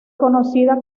conocida